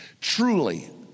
Truly